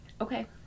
Okay